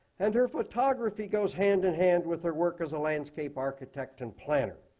and her photography goes hand-in-hand with her work as a landscape architect and planner.